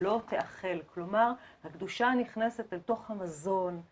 לא תאכל. כלומר, הקדושה נכנסת אל תוך המזון.